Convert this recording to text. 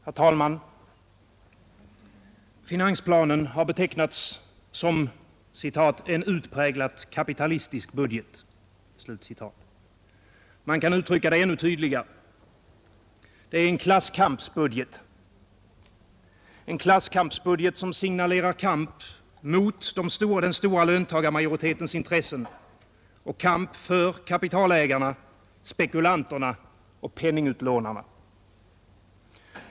Herr talman! Finansplanen har betecknats som ”en utpräglat kapitalistisk budget”. Man kan uttrycka det ännu tydligare. Det är en klasskampsbudget. En klasskampsbudget, som signalerar kamp mot den stora löntagarmajoritetens intressen och kamp för kapitalägarna, spekulanterna och penningutlånarna.